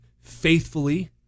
faithfully